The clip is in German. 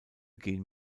gehen